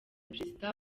perezida